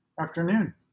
afternoon